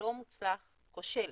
לא מוצלח, כושל,